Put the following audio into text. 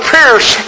Pierce